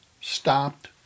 stopped